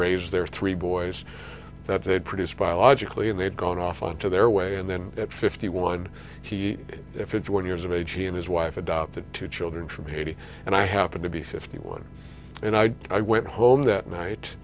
raised their three boys that they produced biologically and they've gone off on to their way and then at fifty one if it's one years of age he and his wife adopted two children from haiti and i happen to be fifty one and i i went home that night